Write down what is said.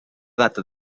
data